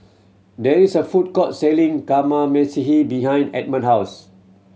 there is a food court selling Kamameshi behind Edmund's house